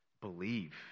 Believe